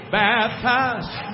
baptized